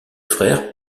frères